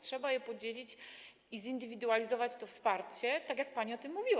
Trzeba podzielić i zindywidualizować to wsparcie, tak jak pani mówiła.